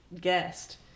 guest